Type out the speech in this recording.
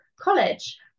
college